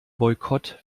boykott